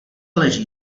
leží